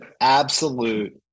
absolute